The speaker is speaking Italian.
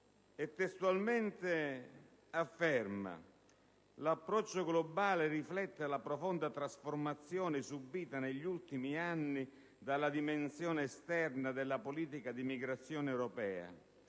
e testualmente afferma: «L'approccio globale riflette la profonda trasformazione subita negli ultimi anni dalla dimensione esterna della politica di migrazione europea: